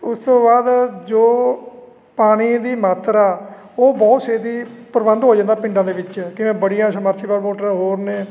ਉਸ ਤੋਂ ਬਾਅਦ ਜੋ ਪਾਣੀ ਦੀ ਮਾਤਰਾ ਉਹ ਬਹੁਤ ਛੇਤੀ ਪ੍ਰਬੰਧ ਹੋ ਜਾਂਦਾ ਪਿੰਡਾਂ ਦੇ ਵਿੱਚ ਕਿਵੇਂ ਬੜੀਆਂ ਸਮਰਸੀਵਲ ਮੋਟਰ ਹੋਰ ਨੇ